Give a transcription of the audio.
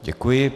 Děkuji.